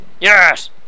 Yes